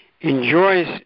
enjoys